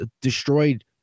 destroyed